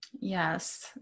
Yes